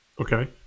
Okay